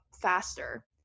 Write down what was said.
faster